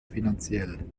finanziell